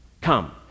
come